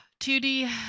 2D